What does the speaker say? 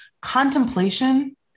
contemplation